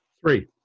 Three